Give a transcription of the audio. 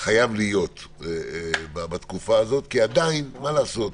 חייב להיות בתקופה הזאת, כי עדיין, מה לעשות,